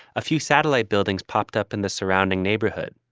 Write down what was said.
a few satellite buildings popped up in the surrounding neighborhood.